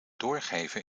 doorgeven